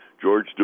George